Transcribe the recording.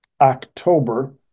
October